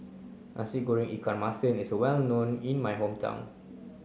Nasi Goreng Ikan Masin is well known in my hometown